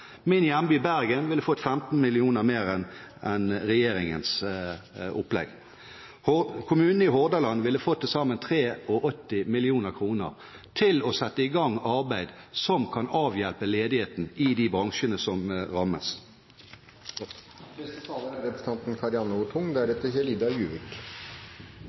Min hjemby, Bergen, ville fått 15 mill. kr mer enn med regjeringens opplegg, og kommunene i Hordaland ville fått til sammen 83 mill. kr til å sette i gang arbeid som kan avhjelpe ledigheten i de bransjene som rammes. Når alle sammen er